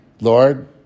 Lord